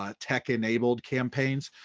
ah tech enabled campaigns.